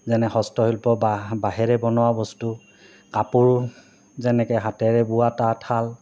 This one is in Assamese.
যেনে হস্তশিল্প বা বাঁহেৰে বনোৱা বস্তু কাপোৰ যেনেকে হাতেৰে বোৱা তাঁত শাল